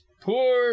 poor